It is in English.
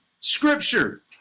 Scripture